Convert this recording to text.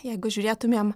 jeigu žiūrėtumėm